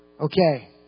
Okay